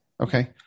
Okay